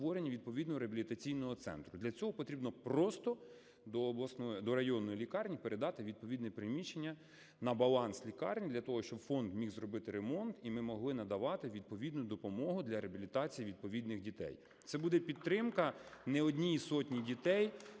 відповідного реабілітаційного центру. Для цього потрібно просто до районної лікарні передати відповідне приміщення на баланс лікарні для того, щоб фонд міг зробити ремонт і ми могли надавати відповідну допомогу для реабілітації відповідних дітей. Це буде підтримка не одній сотні дітей